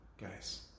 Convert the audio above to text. guys